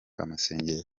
amasengesho